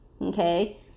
okay